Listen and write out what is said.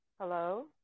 Hello